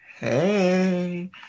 Hey